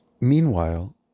Meanwhile